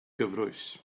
gyfrwys